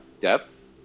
depth